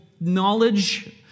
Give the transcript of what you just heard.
knowledge